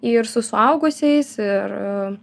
ir su suaugusiais ir